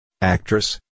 Actress